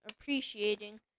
appreciating